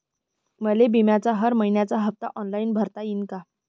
मले बिम्याचा हर मइन्याचा हप्ता ऑनलाईन भरता यीन का?